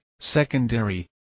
secondary